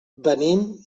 venim